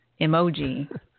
emoji